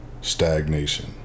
stagnation